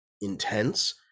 intense